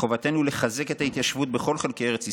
מחובתנו לחזק את ההתיישבות בכל חלקי ארץ ישראל,